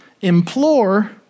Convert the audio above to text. implore